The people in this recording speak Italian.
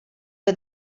che